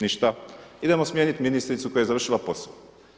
Ništa, demo smijeniti ministricu koja je završio posao.